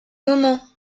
moment